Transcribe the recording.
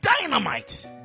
dynamite